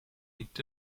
liegt